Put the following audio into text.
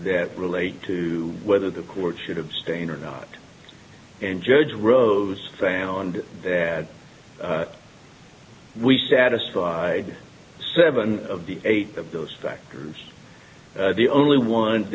that relate to whether the court should abstain or not and judge rose found that we satisfied seven of the eight of those factors the only one